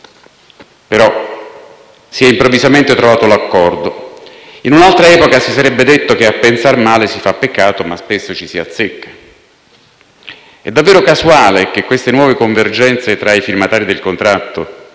però si è improvvisamente trovato l'accordo. In un'altra epoca si sarebbe detto che a pensar male si fa peccato, ma spesso ci si azzecca. È davvero casuale che queste nuove convergenze tra i firmatari del contratto